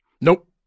Nope